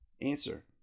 Answer